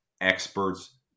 experts